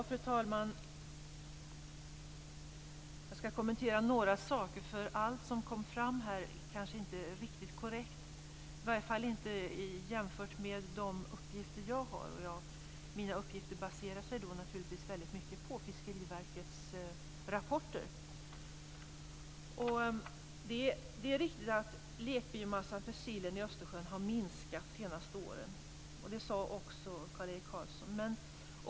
Fru talman! Jag skall kommentera några saker. Allt som kom fram här är kanske inte riktigt korrekt, i varje fall inte jämfört med de uppgifter som jag har och mina uppgifter baseras väldigt mycket på Fiskeriverkets rapporter. Det är riktigt att lekbiomassan för sillen i Östersjön har minskat de senaste åren, som Kjell-Erik Karlsson sade.